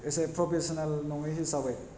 इसे प्रफेसनेल नङै हिसाबै